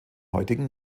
heutigen